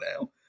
now